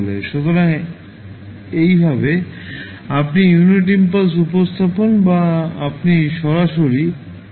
সুতরাং এইভাবে আপনি ইউনিট ইম্পালস উপস্থাপন বা আপনি সরাসরি ডেল্টা ফাংশন বলতে পারেন